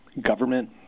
government